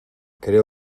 creo